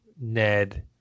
Ned